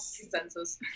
consensus